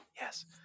yes